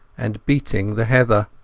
and beating the heather.